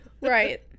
Right